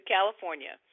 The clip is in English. California